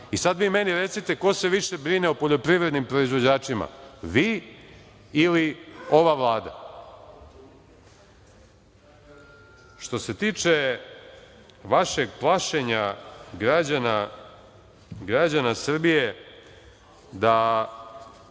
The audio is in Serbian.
Sada vi meni recite ko se više brine o poljoprivrednim proizvođačima, vi ili ova Vlada? Što se tiče vašeg plašenja građana Srbije da